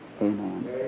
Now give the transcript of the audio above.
amen